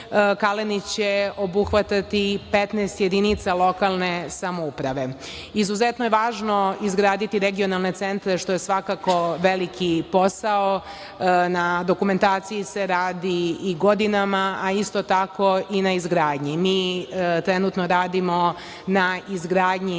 „Kalenić“ će obuhvatati 15 jedinica lokalne samouprave. Izuzetno je važno izgraditi regionalne centre, što je svakako veliki posao. Na dokumentaciji se radi i godinama, a isto tako i na izgradnji. Mi trenutno radimo na izgradnji